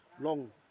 long